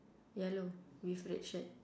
yellow with red shirt